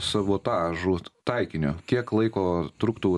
savotažų taikiniu kiek laiko truktų